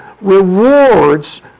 rewards